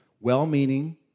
well-meaning